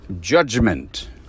Judgment